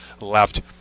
left